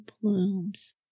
plumes